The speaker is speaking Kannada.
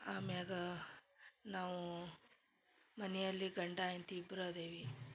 ಆಮ್ಯಾಗ ನಾವು ಮನೆಯಲ್ಲಿ ಗಂಡ ಎಂತಿ ಇಬ್ರ ಅದೇವಿ